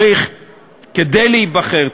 כדי להיבחר,